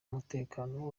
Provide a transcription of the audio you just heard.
umutekano